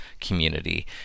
community